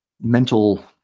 mental